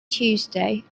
tuesday